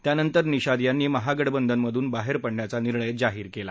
त्यांनंतर निशाद यांनी महागठबंधनमधून बाहेर पडण्याचा निर्णय जाहीर केला